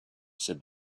said